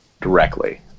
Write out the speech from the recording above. directly